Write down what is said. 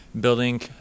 building